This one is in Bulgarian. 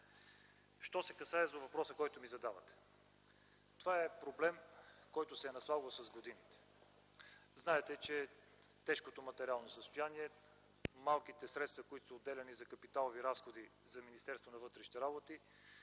Що се касае до въпроса, който ми задавате, това е проблем, който се е наслагвал с години. Знаете, че тежкото материално състояние, малките средства, които отделяме за капиталови разходи за Министерството на вътрешните работи